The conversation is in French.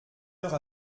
heure